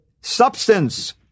substance